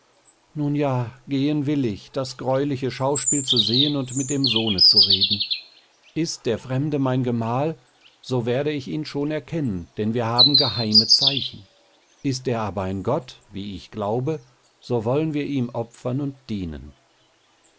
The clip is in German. nun ja gehen will ich das greuliche schauspiel zu sehen und mit dem sohne zu reden ist der fremde mein gemahl so werde ich ihn schon erkennen denn wir haben geheime zeichen ist er aber ein gott wie ich glaube so wollen wir ihm opfern und dienen